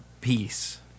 peace